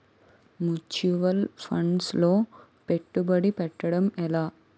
Mutual funds లో పెట్టుబడి పెట్టడం ఎలా?